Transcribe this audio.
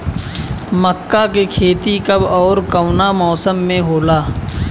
मका के खेती कब ओर कवना मौसम में होला?